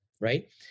right